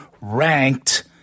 ranked